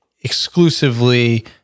exclusively